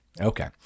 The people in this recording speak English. Okay